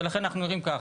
ולכן אנחנו נראים ככה.